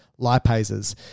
lipases